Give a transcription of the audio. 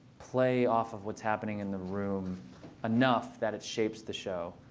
play off of what's happening in the room enough that it shapes the show.